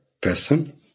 person